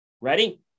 Ready